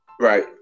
Right